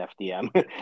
FDM